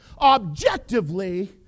objectively